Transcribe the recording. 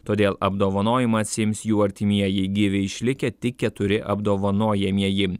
todėl apdovanojimą atsiims jų artimieji gyvi išlikę tik keturi apdovanojamieji